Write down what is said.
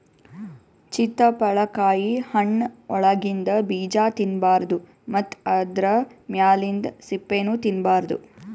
ಚಿತ್ತಪಳಕಾಯಿ ಹಣ್ಣ್ ಒಳಗಿಂದ ಬೀಜಾ ತಿನ್ನಬಾರ್ದು ಮತ್ತ್ ಆದ್ರ ಮ್ಯಾಲಿಂದ್ ಸಿಪ್ಪಿನೂ ತಿನ್ನಬಾರ್ದು